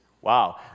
Wow